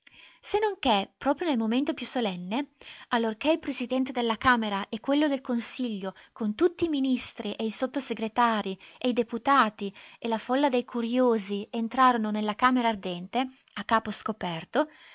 non che proprio nel momento più solenne allorché il presidente della camera e quello del consiglio con tutti i ministri e i sottosegretarii e i deputati e la folla dei curiosi entrarono nella camera ardente a capo scoperto